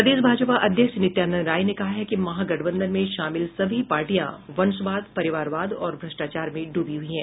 प्रदेश भाजपा अध्यक्ष नित्यानंद राय ने कहा है कि महागठबंधन में शामिल सभी पार्टियां वंशवाद परिवारवाद और भ्रष्टाचार में डूबी हुई है